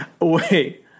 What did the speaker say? Wait